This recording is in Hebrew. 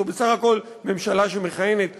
זו בסך הכול ממשלה שמכהנת חודשיים.